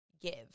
give